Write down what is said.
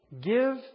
Give